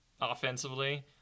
offensively